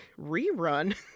Rerun